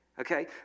okay